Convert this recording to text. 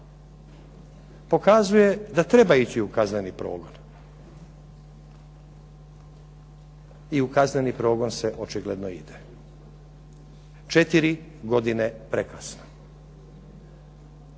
Pokazuje da treba ići u kazneni progon i u kazneni progon se očito ide. 4 godine prekasno.